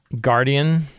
guardian